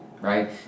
right